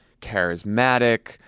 charismatic